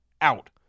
out